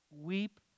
Weep